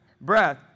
breath